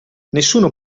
nessuno